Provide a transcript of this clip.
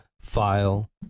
file